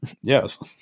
yes